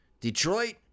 Detroit